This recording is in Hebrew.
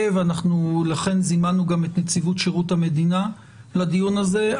לכן זימנו גם את נציגי שירות המדינה לדיון הזה.